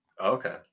Okay